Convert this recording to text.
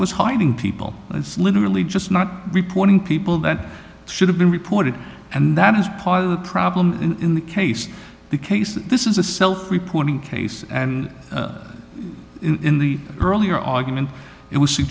was hiding people it's literally just not reporting people that should have been reported and that is part of the problem in the case the case this is a self reporting case and in the earlier argument it was